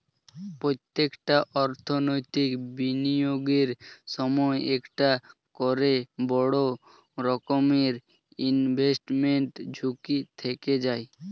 প্রত্যেকটা অর্থনৈতিক বিনিয়োগের সময় একটা করে বড় রকমের ইনভেস্টমেন্ট ঝুঁকি থেকে যায়